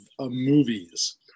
movies